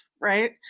right